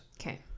Okay